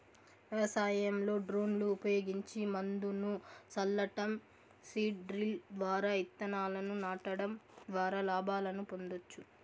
వ్యవసాయంలో డ్రోన్లు ఉపయోగించి మందును సల్లటం, సీడ్ డ్రిల్ ద్వారా ఇత్తనాలను నాటడం ద్వారా లాభాలను పొందొచ్చు